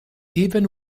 even